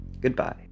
goodbye